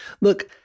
Look